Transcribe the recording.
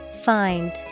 Find